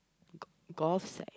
gauze